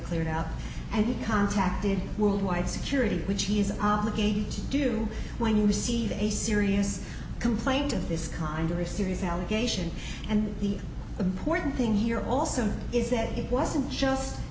cleared out and he contacted worldwide security which he is obligate do you when you see a serious complaint of this kind or a serious allegation and the important thing here also is that it wasn't just